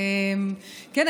כן,